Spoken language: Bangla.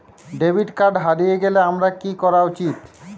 ডেবিট কার্ড হারিয়ে গেলে আমার কি করা উচিৎ?